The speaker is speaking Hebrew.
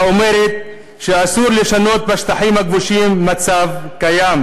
האומר שאסור לשנות בשטחים הכבושים מצב קיים.